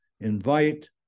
invite